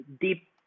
deep